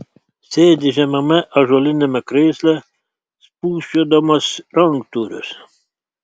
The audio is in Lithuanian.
sėdi žemame ąžuoliniame krėsle spūsčiodamas ranktūrius